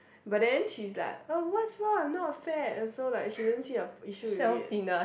but then she is like oh what's wrong I am not fat also like she don't see a issue with it